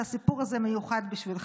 שהסיפור הזה במיוחד בשבילך?